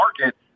market